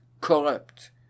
corrupt